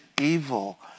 evil